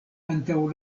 antaŭ